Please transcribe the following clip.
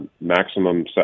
maximum